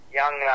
young